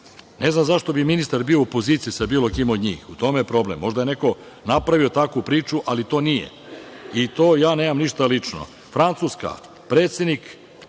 Ne znam zašto bi ministar bio u opoziciji sa bilo kim od njih. U tome je problem. Možda je neko napravio takvu priču, ali to nije. I to ja nemam ništa lično. Francuska – predsednik